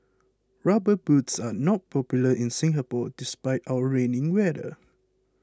rubber boots are not popular in Singapore despite our rainy weather